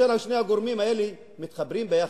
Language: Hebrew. כאשר שני הגורמים האלה מתחברים יחד,